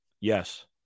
Yes